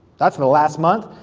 that's in the last month,